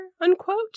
unquote